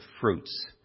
fruits